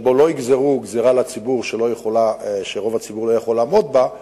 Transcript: שבו לא יגזרו על הציבור גזירה שרוב הציבור לא יכול לעמוד בה.